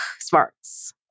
smarts